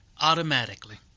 automatically